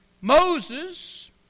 Moses